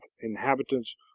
inhabitants